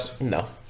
no